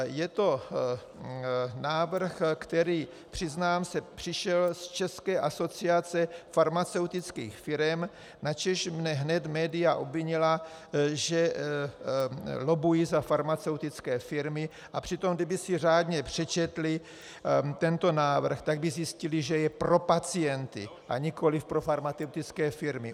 Je to návrh, který, přiznám se, přišel z České asociace farmaceutických firem, načež mě hned média obvinila, že lobbuji za farmaceutické firmy, a přitom kdyby si řádně přečetly tento návrh, tak by zjistily, že je pro pacienty, a nikoliv pro farmaceutické firmy.